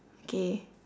okay